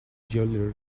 jewelry